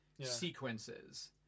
sequences